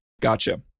Gotcha